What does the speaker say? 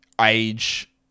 age